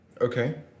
Okay